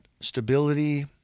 stability